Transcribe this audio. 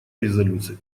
резолюции